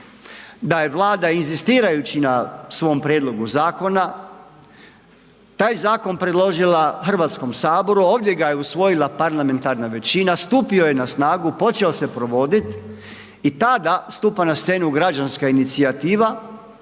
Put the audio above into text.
da je Vlada inzistirajući na svom prijedlogu zakona, taj zakon predložila HS, ovdje ga je usvojila parlamentarna većina, stupio je na snagu, počeo se provodit i tada stupa na scenu građanska inicijativa